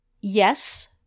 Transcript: Yes